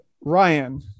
Ryan